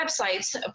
websites